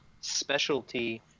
specialty